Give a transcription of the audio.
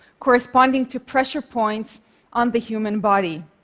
corresponding to pressure points on the human body.